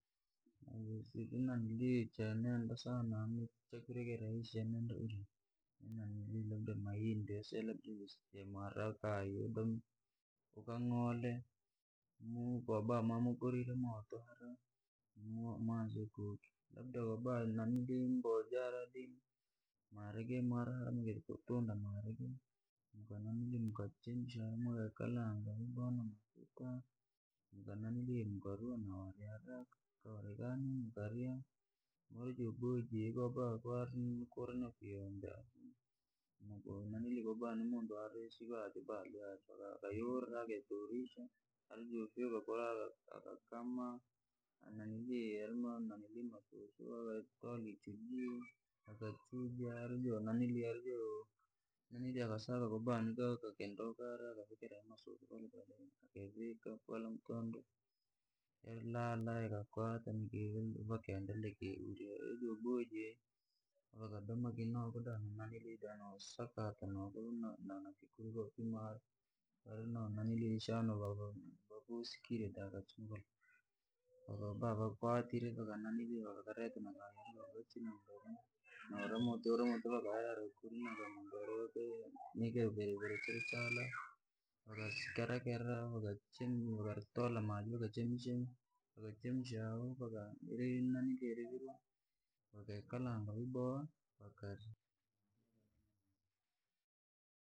Chene nenda sana yani chakurya kirahisi chenenda sana urya, labda nanili labda mayinde selekimsi jimwari kaii, undome ukang'oole, kobu mwari mwakorirya mooto mwanze kuokya. Labda wabari nanlimbojaragi, maarage yemware hara mkotunda maarage mukachemusha hara mukakalanga vyaboha namakuta, mkananilia mukarua na warekanyu mkaria, mujoboya jii kobakwari na yombe, koba muntu yarenibula yachwe akayurra akatorisha. Ajofyuka kura akakama akatola ichujio, akachuja akasaka labda kakindoo kachwe maaka vikira ayomasusu paka la mtondo, yari lala yakakwata vakaendelea kiurya ujaboya jii, vakadoma kii noko nosakata noko nafikuri kofimwari, maukashana vavikire bakachungura, koba vakwatire vakananilia vakareta nakai uramutwe vakahera kuri chenechiri chala vakakira kera vakatola maji vakachemusha, irivirwa vakaikalanga vyaboha vakaria.